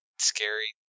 scary